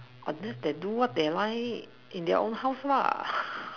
I they do what they like in their own house lah